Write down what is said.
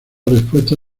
respuesta